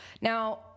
Now